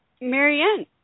Marianne